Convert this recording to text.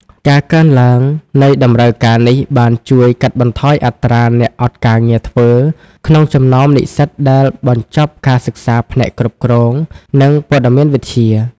ការកើនឡើងនៃតម្រូវការនេះបានជួយកាត់បន្ថយអត្រាអ្នកអត់ការងារធ្វើក្នុងចំណោមនិស្សិតដែលបញ្ចប់ការសិក្សាផ្នែកគ្រប់គ្រង និងព័ត៌មានវិទ្យា។